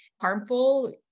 harmful